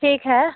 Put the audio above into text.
ठीक है